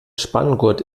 spanngurt